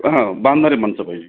हां बांधणारे माणसं पाहिजे